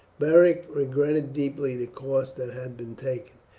beric regretted deeply the course that had been taken.